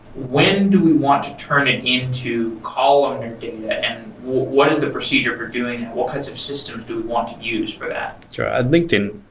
when do we want to turn it into columnar data what is the procedure for doing what kinds of systems do we want to use for that? at linkedin,